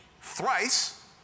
thrice